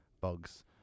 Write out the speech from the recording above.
Bugs